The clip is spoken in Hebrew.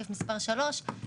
לתפיסתנו.